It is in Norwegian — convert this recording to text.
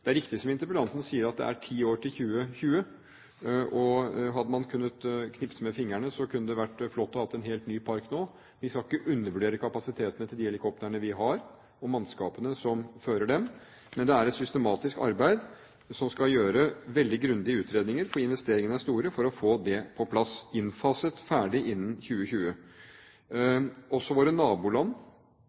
Det er riktig som interpellanten sier, at det er ti år til 2020, og hadde man kunnet knipse med fingrene, kunne det vært flott å ha en helt ny park nå. Vi skal ikke undervurdere kapasitetene til de helikoptrene vi har, og mannskapene som fører dem, men det er et systematisk arbeid, og det skal gjøres veldig grundige utredninger – for investeringene er store – for å få det på plass – innfaset, ferdig innen 2020. Også våre naboland